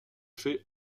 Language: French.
fait